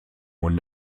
und